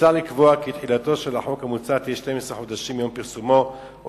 מוצע לקבוע כי תחילתו של החוק המוצע תהא 12 חודשים מיום פרסומו או